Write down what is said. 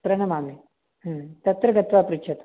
प्रणमामि हूं तत्र गत्वा पृच्छतु